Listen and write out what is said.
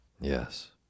Yes